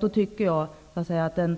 Då flyttar man